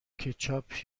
کچاپ